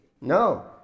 No